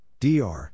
DR